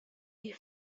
you